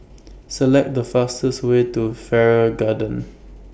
Select The fastest Way to Farrer Garden